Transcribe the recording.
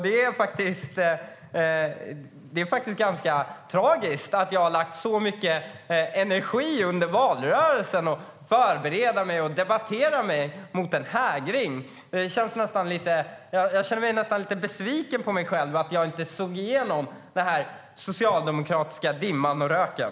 Det är ganska tragiskt att jag har lagt så mycket energi under valrörelsen på att förbereda mig och debattera mot en hägring. Jag känner mig nästan lite besviken på mig själv för att jag inte genomskådade den socialdemokratiska dimman och röken.